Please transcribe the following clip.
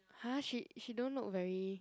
!huh! she she don't look very